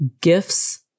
gifts